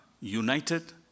united